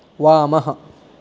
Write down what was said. वामः